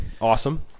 Awesome